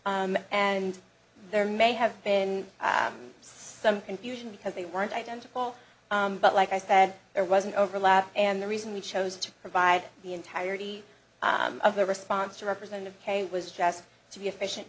and there may have been some confusion because they weren't identical but like i said there was an overlap and the reason we chose to provide the entirety of the response to representative kay was just to be efficient